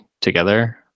together